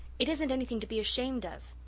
it isn't anything to be ashamed of.